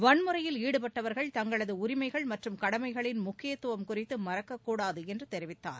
வன்முறையில் ஈடுபட்டவர்கள் தங்களது உரிமைகள் மற்றும் கடமைகளின் முக்கியத்துவம் குறித்து மறக்கக்கூடாது என்று தெரிவித்தார்